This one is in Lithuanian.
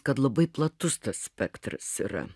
kad labai platus tas spektras yra